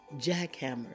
Jackhammer